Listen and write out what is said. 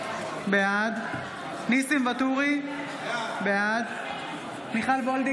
בעד ניסים ואטורי, בעד מיכל מרים